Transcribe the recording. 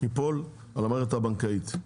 ייפול על המערכת הבנקאית.